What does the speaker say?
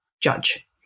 judge